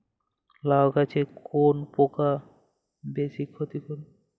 লাউ গাছে কোন পোকা বেশি ক্ষতি করে?